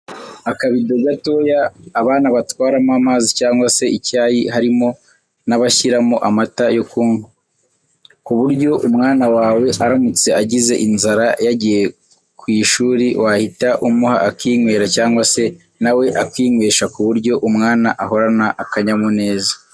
Akabido gatoya abana batwaramo amazi cyangwa se icyayi harimo n'abashyiramo amata yo kunywa, ku buryo umwana wawe aramutse agize inzara yagiye ku ishuri wahita umuha akinywera cyangwa se nawe akinywesha ku buryo umwana ahorana akanyamuneza.